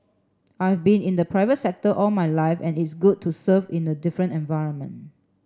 I've been in the private sector all my life and it's good to serve in a different environment